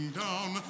down